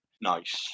nice